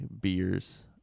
beers